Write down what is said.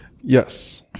Yes